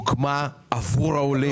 הוקמה עבור העולים